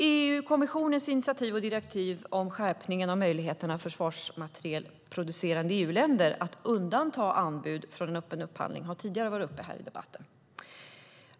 EU-kommissionens initiativ och direktiv om skärpning av möjligheterna för försvarsmaterielproducerande EU-länder att undanta anbud från en öppen upphandling har tidigare varit uppe i debatten.